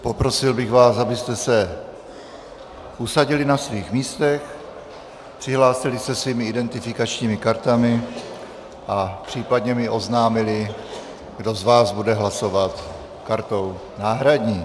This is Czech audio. Poprosil bych vás, abyste se usadili na svých místech, přihlásili se svými identifikačními kartami a případně mi oznámili, kdo z vás bude hlasovat kartou náhradní.